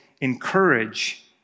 encourage